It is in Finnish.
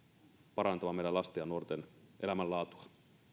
parantamaan meidän lasten ja nuorten elämänlaatua